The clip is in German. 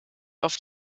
auf